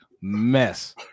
mess